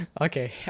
Okay